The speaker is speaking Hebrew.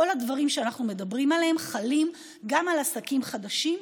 כל הדברים שאנחנו מדברים עליהם חלים גם על עסקים חדשים,